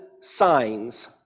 signs